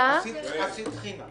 סליחה, זה לא מה שנאמר פה.